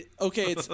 Okay